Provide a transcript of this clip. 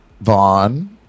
Vaughn